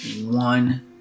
one